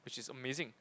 which is amazing